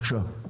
בבקשה.